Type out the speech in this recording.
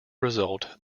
result